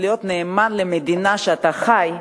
להיות נאמן למדינה שאתה חי בה,